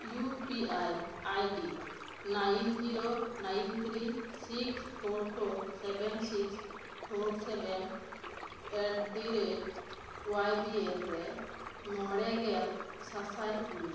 U P I ID nine zero nine three six four four seven six four seven at the rate Y B L ᱨᱮ ᱢᱚᱬᱮ ᱜᱮᱞ ᱥᱟᱥᱟᱭ ᱠᱩᱞ ᱢᱮ